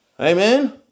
Amen